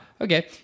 Okay